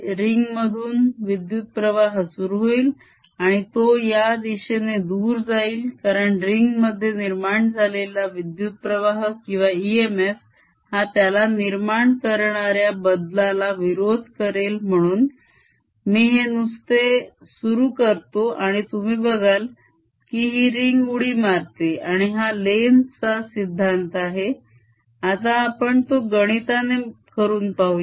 ring मधून विद्युत्प्रवाह सुरु होईल आणि तो या दिशेने दूर जाईल कारण रिंग मध्ये निर्माण झालेला विद्युत्प्रवाह किंवा इएमएफ हा त्याला निर्माण करणाऱ्या बदलला विरोध करेल म्हणून मी हे नुसते सुरु करतो आणि तुम्ही बघाल की ही रिंग उडी मारते आणि हा लेन्झ चा सिद्धांत आहे आपण आता तो गणिताने करून पाहूया